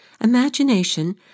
Imagination